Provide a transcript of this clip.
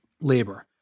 labor